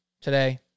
today